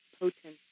potent